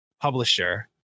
publisher